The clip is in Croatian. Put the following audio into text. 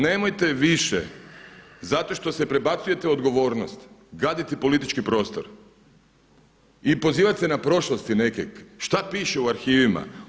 Nemojte više, zato što se prebacujete odgovornost gaditi politički prostor i pozivati se na prošlosti neke, šta piše u arhivima.